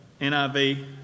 NIV